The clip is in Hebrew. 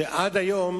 שעד היום